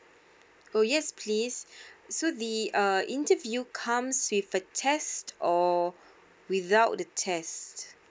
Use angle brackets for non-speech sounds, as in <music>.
oh yes please <breath> so the err interview comes with a test or without a test